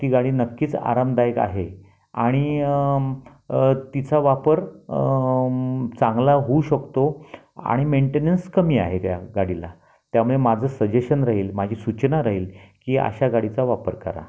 ती गाडी नक्कीच आरामदायक आहे आणि तिचा वापर चांगला होऊ शकतो आणि मेन्टेनन्स कमी आहे त्या गाडीला त्यामुळे माझं सजेशन राहील माझी सूचना राहील की अशा गाडीचा वापर करा